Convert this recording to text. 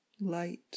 light